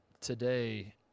today